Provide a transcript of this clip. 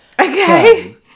Okay